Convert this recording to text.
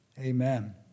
Amen